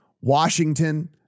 Washington